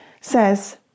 says